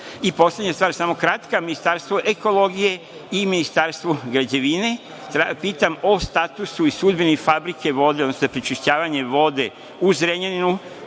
poslednja stvar, samo kratka, Ministarstvu ekologije i Ministarstvu građevina, pitam o statusu i sudbini Fabrike vode, odnosno za prečišćavanje vode u Zrenjaninu,